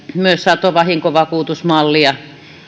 myös satovahinkovakuutusmallia